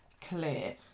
clear